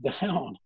down